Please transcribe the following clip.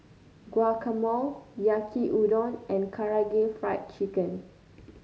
Guacamole Yaki Udon and Karaage Fried Chicken